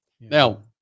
Now